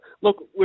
look